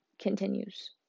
continues